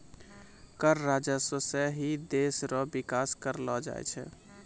कर राजस्व सं ही देस रो बिकास करलो जाय छै